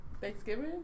Thanksgiving